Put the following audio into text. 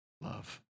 love